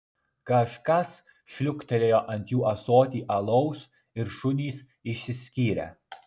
kažkas šliūkštelėjo ant jų ąsotį alaus ir šunys išsiskyrė